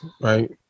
right